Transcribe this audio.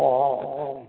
ഓ ഓ ഓ ഓ